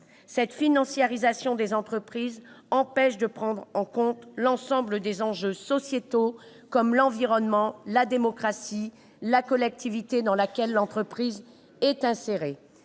Cette financiarisation des entreprises empêche de prendre en compte l'ensemble des enjeux sociétaux, comme l'environnement, la démocratie sociale ou la collectivité dans laquelle l'entreprise est insérée.